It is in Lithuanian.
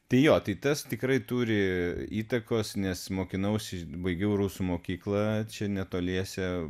tai jo tai tas tikrai turi įtakos nes mokinausi baigiau rusų mokyklą čia netoliese